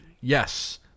Yes